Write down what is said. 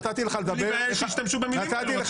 נתתי לך לדבר בכבוד,